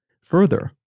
Further